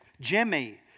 Jimmy